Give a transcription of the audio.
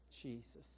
Jesus